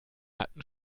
hatten